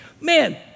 Man